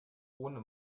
ohne